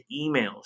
emails